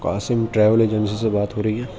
Qasim travel agency سے بات ہو رہی ہے